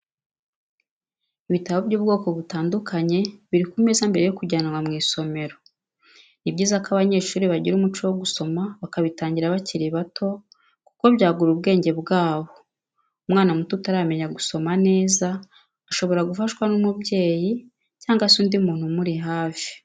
Ibitabo by'ubwoko butandukanye biri ku meza mbere yo kujyanwa mu isomero, ni byiza ko abanyeshuri bagira umuco wo gusoma bakabitangira bakiri bato, kuko byagura ubwenge bwabo, umwana muto utaramenya gusoma neza ashobora gufashwa n'umubyeyi cyangwa se undi muntu umuri hafi.